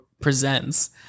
presents